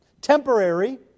Temporary